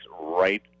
right